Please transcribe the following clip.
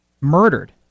murdered